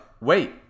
wait